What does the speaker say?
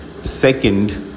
Second